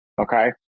Okay